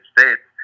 States